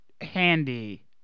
handy